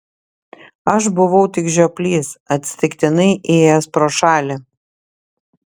aš buvau tik žioplys atsitiktinai ėjęs pro šalį